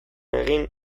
egin